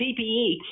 PPE